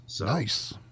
Nice